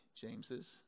James's